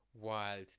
wild